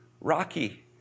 rocky